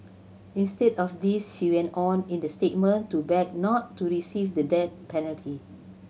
instead of this she went on in the statement to beg not to receive the death penalty